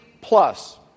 plus